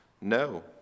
no